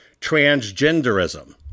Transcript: transgenderism